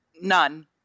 None